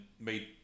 made